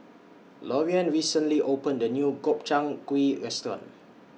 Loriann recently opened A New Gobchang Gui Restaurant